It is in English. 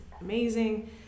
amazing